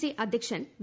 C അധ്യക്ഷൻ V